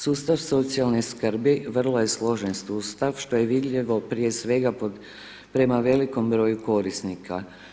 Sustav socijalne skrbi vrlo je složen sustav što je vidljivo prije svega prema velikom broju korisnika.